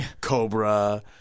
cobra